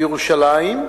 בירושלים,